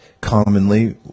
commonly